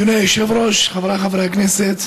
אדוני היושב-ראש, חבריי חברי הכנסת,